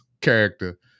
character